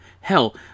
Hell